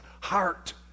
heart